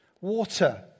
Water